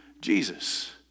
Jesus